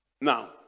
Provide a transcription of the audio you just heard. now